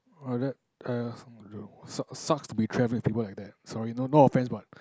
like that !aiya! suck sucks to be travelling with people like that sorry no no offence but